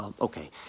okay